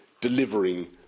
delivering